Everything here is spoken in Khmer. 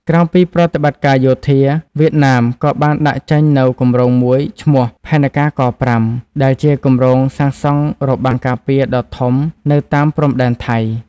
ក្រៅពីប្រតិបត្តិការយោធា វៀតណាមក៏បានដាក់ចេញនូវគម្រោងមួយឈ្មោះ "ផែនការ ក5" ដែលជាគម្រោងសាងសង់របាំងការពារដ៏ធំនៅតាមព្រំដែនថៃ។